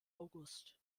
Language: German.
august